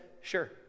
sure